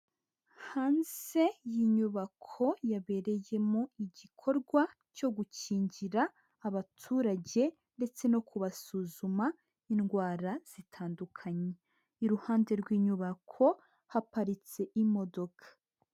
Hanze y'inyubako yabereyemo igikorwa cyo gukingira abaturage, ndetse no kubasuzuma indwara zitandukanye, iruhande rw'inyubako haparitse imodoka.